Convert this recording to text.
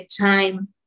time